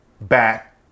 back